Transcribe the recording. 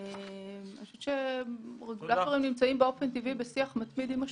אני חושבת שרגולטורים נמצאים בשיח מתמיד עם השוק,